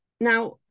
now